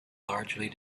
largely